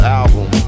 album